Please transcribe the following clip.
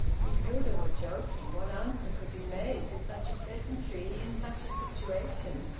if hilda were joking, what answer could be made to such a pleasantry in such a situation?